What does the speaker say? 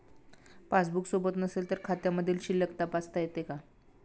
Passbook सोबत नसेल तर खात्यामधील शिल्लक तपासता येते का?